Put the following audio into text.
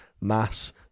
Mass